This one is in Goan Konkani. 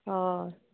हय